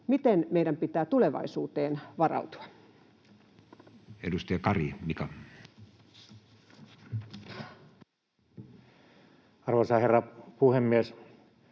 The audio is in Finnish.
miten meidän pitää tulevaisuuteen varautua. Edustaja Kari, Mika. Arvoisa herra puhemies!